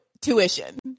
tuition